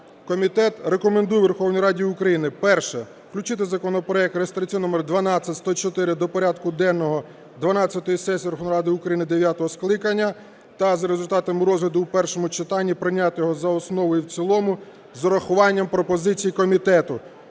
Комітет рекомендує Верховній Раді України: Перше. Включити законопроект реєстраційний номер 12104 до порядку денного дванадцятої сесії Верховної Ради України дев'ятого скликання та за результатами розгляду в першому читанні прийняти його за основу і в цілому з урахуванням пропозицій комітету.